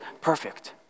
perfect